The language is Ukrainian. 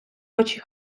очі